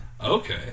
Okay